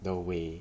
the 伟